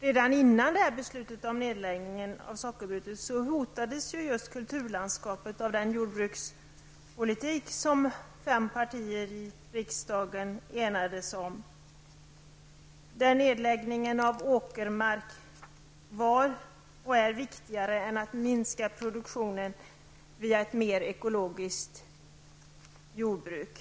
Redan innan beslutet om nedläggning av sockerbruket fattades hotades just kulturlandskapet av den jordbrukspolitik som fem partier i riksdagen enades om. Nedläggningen av åkermark var och är viktigare än att minska produktionen via ett mer ekologiskt jordbruk.